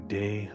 day